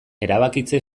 erabakitze